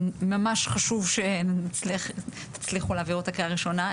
ממש חשוב שתצליחו להעביר אותה קריאה ראשונה.